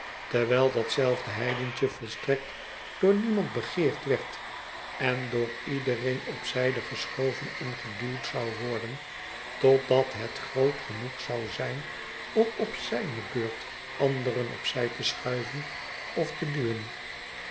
terwijl dat zelfde heidentje volstrekt door niemand begeerd werd en door iedereen op zijde geschoven en geduwd zou worden totdat het groot genoeg zou zijn om op zijne beurt anderen op zij te schuiven of te duwen